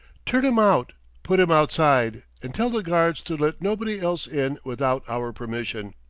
turn him out put him outside, and tell the guards to let nobody else in without our permission!